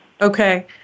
Okay